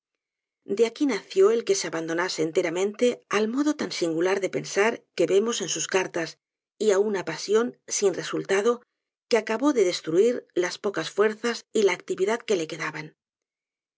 de aqui nació el que se abando nase enteramente al modo tan singular de pensar que vemos en sus cartas y á una pasión sin resultado que acabó de destruir las pocas fuerzas y la actividad que le quedaban